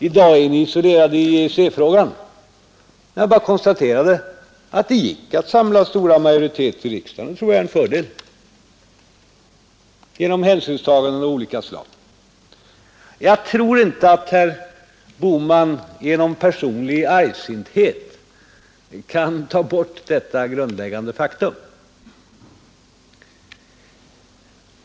I dag är ni isolerade i EEC-frågan. Jag bara konstaterar att det genom hänsynstaganden av olika slag gick att samla stora majoriteter i riksdagen, och det tror jag är en fördel. Jag tror inte att herr Bohman genom personlig argsinthet kan ta bort detta grundläggande faktum.